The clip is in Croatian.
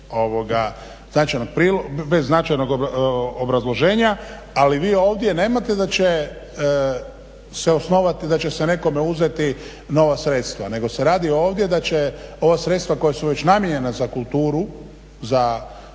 bez značajnog obrazloženja, ali vi ovdje nemate da će se osnovati, da će se nekome uzeti nova sredstva, nego se radi ovdje da će ova sredstva koja su već namijenjena za kulturu da će se